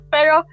Pero